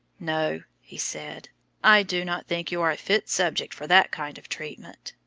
no, he said i do not think you are a fit subject for that kind of treatment.